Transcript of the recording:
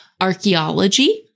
archaeology